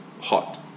hot